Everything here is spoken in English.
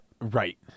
Right